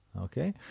Okay